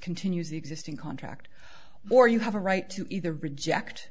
continues the existing contract or you have a right to either reject